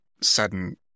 sudden